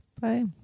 bye